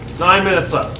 nine minutes ah